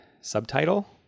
subtitle